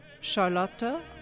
Charlotte